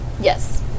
Yes